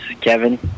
Kevin